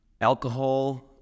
alcohol